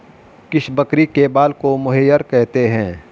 किस बकरी के बाल को मोहेयर कहते हैं?